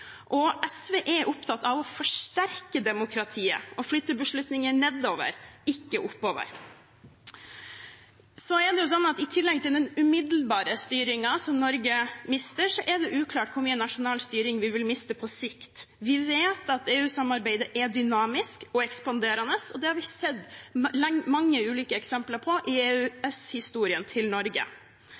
og SV er opptatt av å forsterke demokratiet, å flytte beslutninger nedover, ikke oppover. I tillegg til den umiddelbare styringen som Norge mister, er det uklart hvor mye nasjonal styring vi vil miste på sikt. Vi vet at EU-samarbeidet er dynamisk og ekspanderende, og det har vi sett mange ulike eksempler på i EØS-historien til Norge.